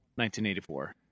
1984